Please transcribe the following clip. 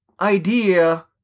idea